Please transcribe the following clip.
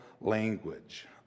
language